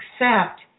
accept